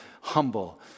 humble